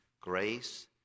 grace